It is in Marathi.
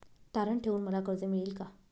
तारण ठेवून मला कर्ज मिळेल का?